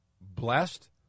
Blessed